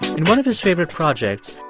in one of his favorite projects,